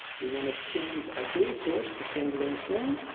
we want to change our data source to standalone form